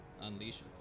unleash